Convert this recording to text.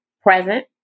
present